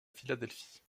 philadelphie